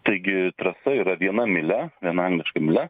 taigi trasa yra viena mylia viena angliška mylia